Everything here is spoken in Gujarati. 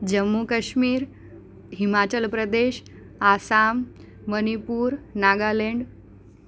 જમ્મુ કશ્મીર હિમાચલ પ્રદેશ આસામ મણીપુર નાગાલેંડ